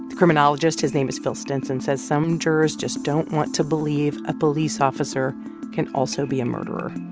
criminologist his name is phil stinson says some jurors just don't want to believe a police officer can also be a murderer